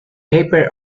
paper